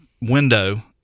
window